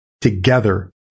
together